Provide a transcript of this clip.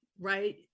right